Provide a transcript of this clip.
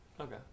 okay